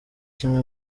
kimwe